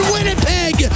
Winnipeg